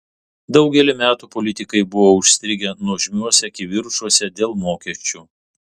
daugelį metų politikai buvo užstrigę nuožmiuose kivirčuose dėl mokesčių